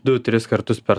du tris kartus per